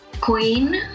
Queen